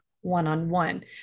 one-on-one